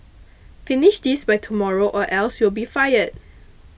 finish this by tomorrow or else you'll be fired